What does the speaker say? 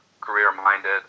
career-minded